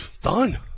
done